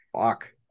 fuck